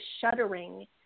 shuddering